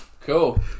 Cool